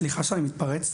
סליחה שאני מתפרץ.